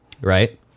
right